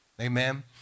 Amen